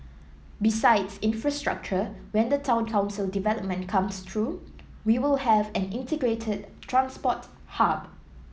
besides infrastructure when the town council development comes through we will have an integrated transport hub